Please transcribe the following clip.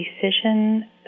decision